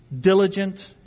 diligent